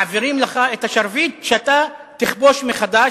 מעבירים לך את השרביט שאתה תכבוש מחדש